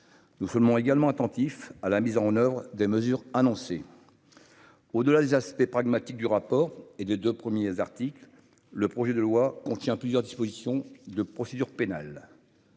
nous soutenons également attentifs à la mise en oeuvre des mesures annoncées au des aspects pragmatique du rapport et de 2 premiers articles, le projet de loi contient plusieurs dispositions de procédure pénale.